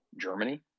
Germany